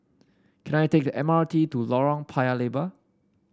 can I take the M R T to Lorong Paya Lebar